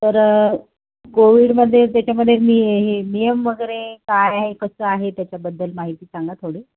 तर कोविडमध्ये त्याच्यामध्ये मी नियम वगैरे काय आहे कसं आहे त्याच्याबद्दल माहिती सांगा थोडी